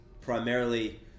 primarily